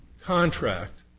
contract